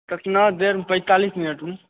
कितना देरमे पैंतालिस मिनटमे